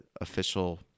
official